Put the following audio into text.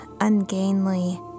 ungainly